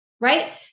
Right